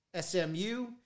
SMU